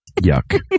Yuck